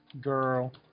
girl